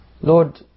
Lord